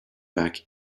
back